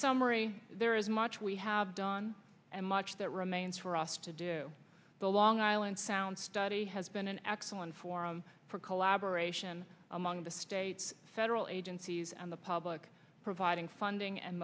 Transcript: summary there is much we have done and much that remains for us to do the long island sound study has been an excellent forum for collaboration among the state's federal agencies and the public providing funding and